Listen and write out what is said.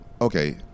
Okay